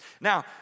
Now